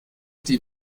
die